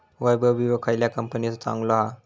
वैभव विळो खयल्या कंपनीचो चांगलो हा?